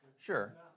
Sure